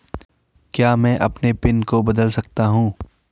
क्या मैं अपने पिन को बदल सकता हूँ?